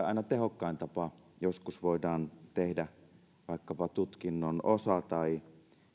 aina tehokkain tapa joskus voidaan tehdä vaikkapa tutkinnon osa tai